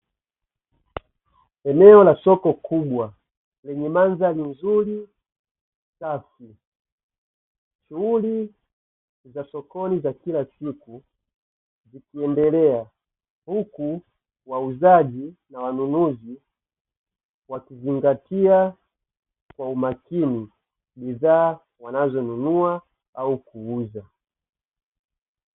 Eneo la soko kubwa lenye mandhari nzuri safi, shughuli za sokoni za kila siku zikiendelea, huku wauzaji na wanunuzi wakizingatia kwa umakini bidhaa wanazo nunua au kuuza.